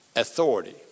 authority